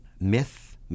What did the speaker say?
Myth